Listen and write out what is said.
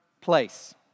place